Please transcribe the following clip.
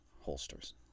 holsters